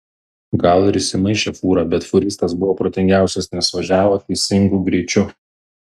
gal ir įsimaišė fūra bet fūristas buvo protingiausias nes važiavo teisingu greičiu